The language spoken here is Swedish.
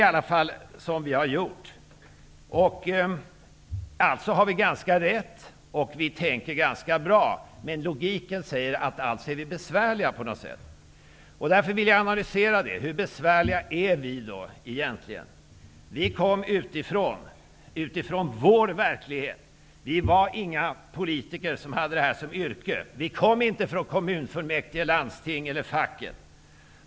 Detta är vad vi har gjort. Alltså har vi ganska rätt, och vi tänker ganska bra. Men logiken säger då att vi är besvärliga på något sätt. Därför vill jag analysera frågan: Hur besvärliga är vi egentligen? Vi kom utifrån vår verklighet. Vi var inga yrkespolitiker. Vi kom inte från kommunfullmäktige, landsting eller från facket.